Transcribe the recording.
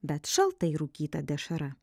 bet šaltai rūkyta dešra